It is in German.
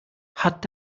hat